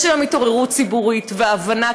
יש היום התעוררות ציבורית והבנה,